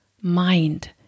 mind